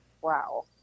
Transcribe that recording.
Wow